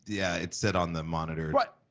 yeah, it said on the monitor but